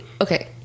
Okay